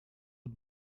het